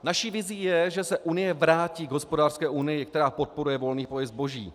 Naší vizí je, že se Unie vrátí k hospodářské unii, která podporuje volný pohyb zboží.